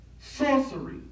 sorcery